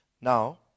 Now